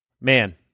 Man